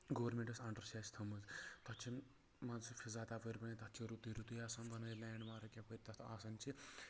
گورمٮ۪نٛٹَس انڈَر چھِ اَسہِ تھٲومٕژ تَتھ چھِنہٕ مان ژٕ فِزا تَپٲرۍ بٔنِتھ تَتھ چھِ رُتُے رُتُے آسان بنٲیِتھ لینٛڈ مارٕک یَپٲرۍ تَتھ آسان چھِ